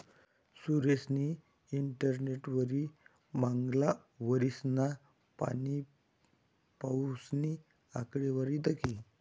सुरेशनी इंटरनेटवरी मांगला वरीसना पाणीपाऊसनी आकडावारी दखी